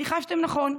ניחשתם נכון,